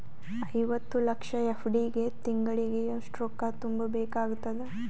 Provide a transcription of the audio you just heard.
ಐವತ್ತು ಲಕ್ಷ ಎಫ್.ಡಿ ಗೆ ತಿಂಗಳಿಗೆ ಎಷ್ಟು ರೊಕ್ಕ ತುಂಬಾ ಬೇಕಾಗತದ?